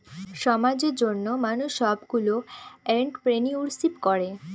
সমাজের জন্য মানুষ সবগুলো এন্ট্রপ্রেনিউরশিপ করে